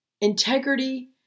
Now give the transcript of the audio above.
Integrity